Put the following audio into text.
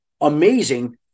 Amazing